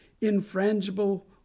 infrangible